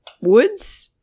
woods